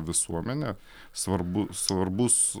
visuomenę svarbu svarbus